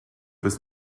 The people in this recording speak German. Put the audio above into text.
bis